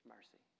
Mercy